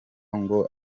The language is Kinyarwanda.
ngo